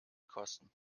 kosten